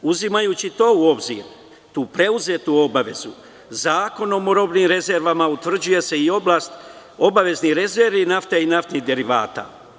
Uzimajući to u obzir, tu preuzetu obavezu, Zakonom o robnim rezervama utvrđuje se i oblast obaveznih rezervi nafte i naftnih derivata.